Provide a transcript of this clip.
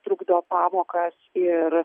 trukdo pamokas ir